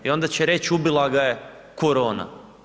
I ona će reći ubila ga je korona.